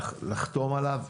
לחתום עליו,